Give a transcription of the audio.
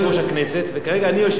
וכרגע אני יושב-ראש הישיבה,